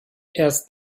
erst